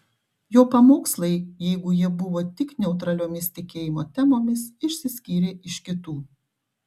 jo pamokslai jeigu jie buvo tik neutraliomis tikėjimo temomis išsiskyrė iš kitų